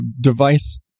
device